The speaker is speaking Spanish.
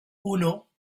uno